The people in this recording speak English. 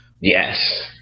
Yes